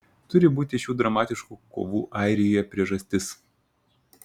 turi būti šių dramatiškų kovų airijoje priežastis